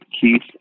Keith